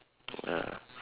ya